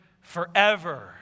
forever